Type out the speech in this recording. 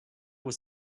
was